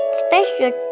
special